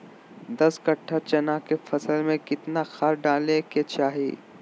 दस कट्ठा चना के फसल में कितना खाद डालें के चाहि?